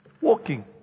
walking